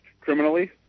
criminally